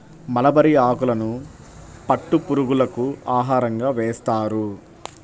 mulberry ఆకులను పట్టు పురుగులకు ఆహారంగా వేస్తారు